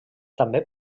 també